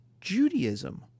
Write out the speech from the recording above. Judaism